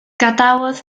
gadawodd